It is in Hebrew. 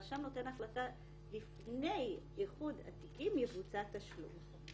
שאלת הבהרה לגבי מקרה שלאדם יש כמה תיקים ומתבקש צו תשלומים